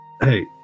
Hey